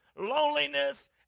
loneliness